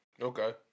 Okay